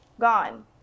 gone